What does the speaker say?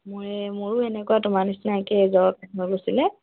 মই মোৰো এনেকুৱা তোমাৰ নিচিনকে একে জ্বৰ হৈ গৈছিলে